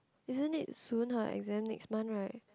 isn't it soon her exam next month right